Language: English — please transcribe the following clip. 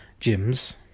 gyms